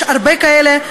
יש הרבה כאלה,